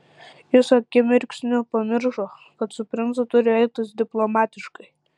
jis akimirksniu pamiršo kad su princu turi elgtis diplomatiškai